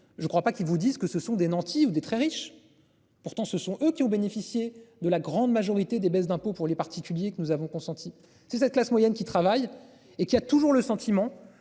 Je ne crois pas qu'ils vous disent que ce sont des nantis ou des très riches. Pourtant ce sont eux qui ont bénéficié de la grande majorité des baisses d'impôts pour les particuliers que nous avons consentis, c'est cette classe moyenne qui travaille et qui a toujours le sentiment